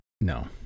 No